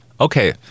Okay